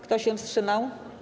Kto się wstrzymał?